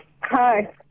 Hi